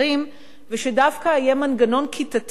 ושדווקא יהיה מנגנון כיתתי שינהל את